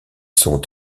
sont